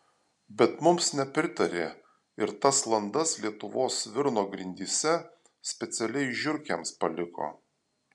bet mums nepritarė ir tas landas lietuvos svirno grindyse specialiai žiurkėms paliko